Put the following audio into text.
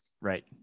Right